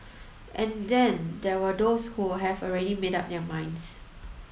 and then there were those who have already made up their minds